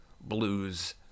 blues